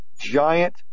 Giant